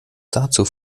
dazu